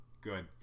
Good